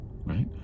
right